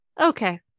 okay